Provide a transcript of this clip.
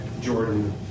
Jordan